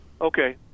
Okay